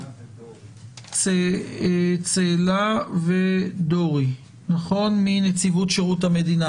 צאלה ודורי מנציבות שירות המדינה.